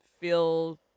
feel